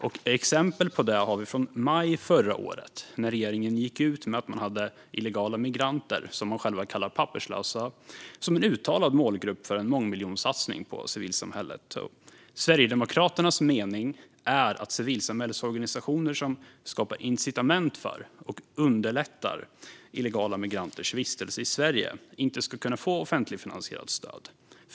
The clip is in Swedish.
Ett exempel på det har vi från maj förra året, när regeringen gick ut med att vi hade illegala migranter, vilka man själva kallar papperslösa, som en uttalad målgrupp för en mångmiljonsatsning på civilsamhället. Sverigedemokraternas mening är att civilsamhällesorganisationer som skapar incitament för och underlättar illegala migranters vistelse i Sverige inte ska kunna få offentligfinansierat stöd.